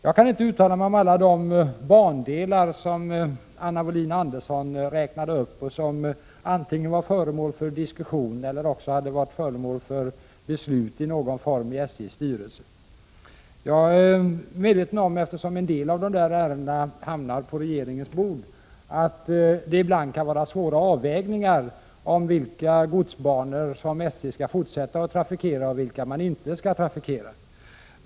Jag kan inte uttala mig om alla de bandelar som Anna Wohlin-Andersson räknade upp och som antingen var föremål för diskussion eller hade varit föremål för någon form av beslut i SJ:s styrelse. En del av dessa ärenden hamnar på regeringens bord, och jag är medveten om att det ibland kan vara fråga om svåra avvägningar om vilka godsbanor som SJ skall fortsätta att trafikera och vilka man inte skall trafikera.